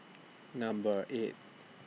Number eight